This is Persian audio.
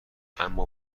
اما